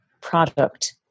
product